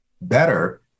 better